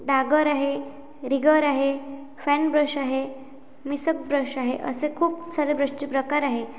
डागर आहे रिगर आहे फॅन ब्रश आहे मिसक ब्रश आहे असे खूप सारे ब्रशचे प्रकार आहे